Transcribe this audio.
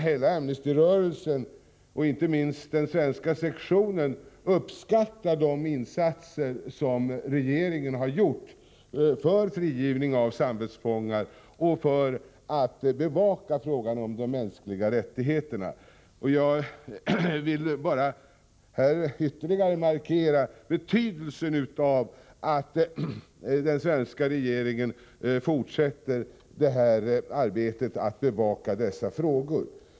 Hela Amnestyrörelsen och inte minst den svenska sektionen uppskattar de insatser som regeringen gjort för frigivning av samvetsfångar och för bevakning av frågan om de mänskliga rättigheterna. Jag vill här bara ytterligare markera betydelsen av att den svenska regeringen fortsätter arbetet med att bevaka dessa frågor.